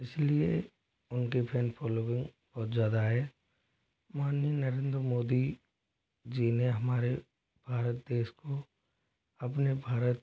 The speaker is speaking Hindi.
इसलिए उनकी फैन फॉलोइंग बहुत ज्यादा है माननीय नरेंद्र मोदी जी ने हमारे भारत देश को अपने भारत